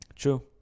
True